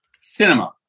Cinema